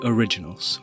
Originals